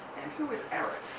and who is eric?